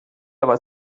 aber